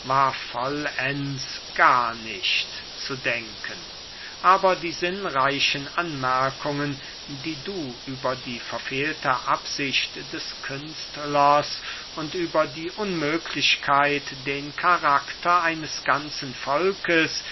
gar nicht zu denken aber die sinnreichen anmerkungen die du über die verfehlte absicht des künstlers und über die unmöglichkeit den karakter eines ganzen volkes